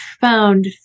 found